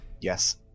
Yes